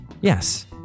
Yes